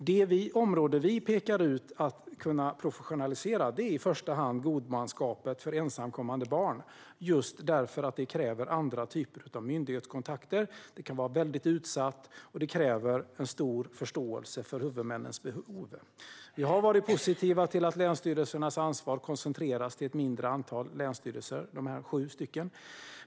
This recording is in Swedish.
Det område vi pekar ut att professionalisera är i första hand godmanskapet för ensamkommande barn - detta för att det kräver andra typer av myndighetskontakter, kan vara väldigt utsatt och kräver stor förståelse för huvudmännens behov. Vi har varit positiva till att länsstyrelsernas ansvar koncentrerats till ett mindre antal länsstyrelser, dessa sju stycken.